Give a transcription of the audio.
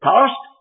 past